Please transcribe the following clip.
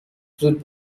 زود